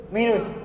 Minus